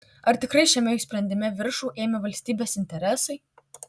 ar tikrai šiame jų sprendime viršų ėmė valstybės interesai